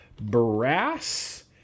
brass